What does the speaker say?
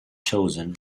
chosen